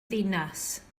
ddinas